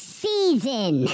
season